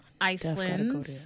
Iceland